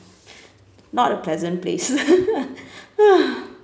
not a pleasant place